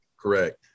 Correct